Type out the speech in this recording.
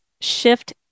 shift